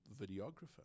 videographer